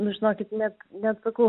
nu žinokit net net sakau